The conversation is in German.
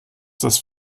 das